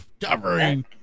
covering